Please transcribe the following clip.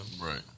Right